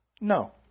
no